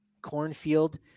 cornfield